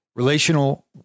Relational